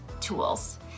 tools